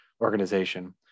organization